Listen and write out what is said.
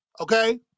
Okay